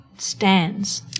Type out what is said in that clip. Stands